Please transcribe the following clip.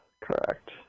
correct